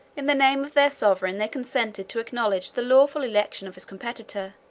in the name of their sovereign, they consented to acknowledge the lawful election of his competitor,